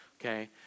okay